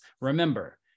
Remember